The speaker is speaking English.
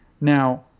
now